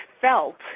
felt